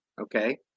okay